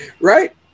Right